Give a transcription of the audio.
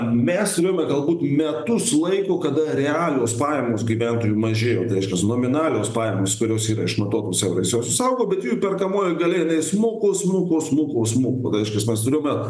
mes turėjome galbūt metus laiko kada realios pajamos gyventojų mažėjo tai reiškias nominalios pajamos kurios yra išmatuotos eurais josios augo bet jų perkamoji galia jinai smuko smuko smuko smuko tai reiškias mes turime